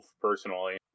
personally